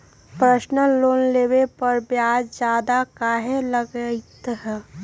Personal loan लेबे पर ब्याज ज्यादा काहे लागईत है?